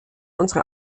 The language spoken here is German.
unsere